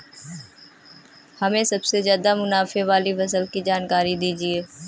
हमें सबसे ज़्यादा मुनाफे वाली फसल की जानकारी दीजिए